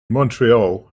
montreal